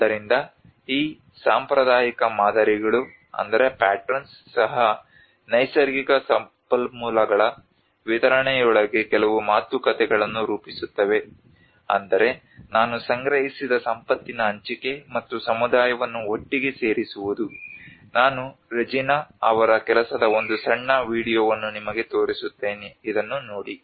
ಆದ್ದರಿಂದ ಈ ಸಾಂಪ್ರದಾಯಿಕ ಮಾದರಿಗಳು ಸಹ ನೈಸರ್ಗಿಕ ಸಂಪನ್ಮೂಲಗಳ ವಿತರಣೆಯೊಳಗೆ ಕೆಲವು ಮಾತುಕತೆಗಳನ್ನು ರೂಪಿಸುತ್ತವೆ ಅಂದರೆ ನಾನು ಸಂಗ್ರಹಿಸಿದ ಸಂಪತ್ತಿನ ಹಂಚಿಕೆ ಮತ್ತು ಸಮುದಾಯವನ್ನು ಒಟ್ಟಿಗೆ ಸೇರಿಸುವುದು ನಾನು ರೆಜಿನಾ ಅವರ ಕೆಲಸದ ಒಂದು ಸಣ್ಣ ವೀಡಿಯೊವನ್ನು ನಿಮಗೆ ತೋರಿಸುತ್ತೇನೆ ಇದನ್ನು ನೋಡಿ